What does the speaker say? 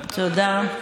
בסדר?